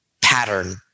pattern